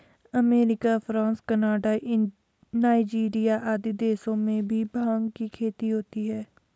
America, France, Canada, Nigeria आदि देशों में भी भाँग की खेती होती है